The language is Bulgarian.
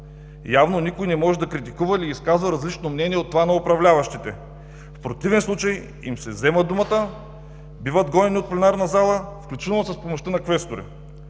Явно никой не може да критикува или изказва различно мнение от това на управляващите, в противен случай им се взема думата, биват гонени от пленарна зала, включително с помощта на квестори.